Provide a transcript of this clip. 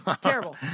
Terrible